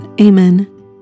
Amen